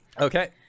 Okay